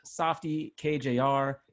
SoftyKJR